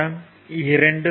படம் 2